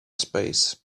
space